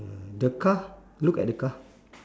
the car look at the car